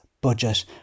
budget